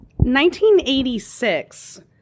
1986